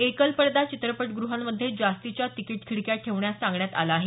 एकल पडदा चित्रपटगृहांमध्ये जास्तीच्या तिकीट खिडक्या ठेवण्यास सांगण्यात आलं आहे